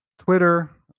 Twitter